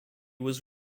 was